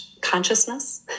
consciousness